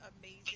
amazing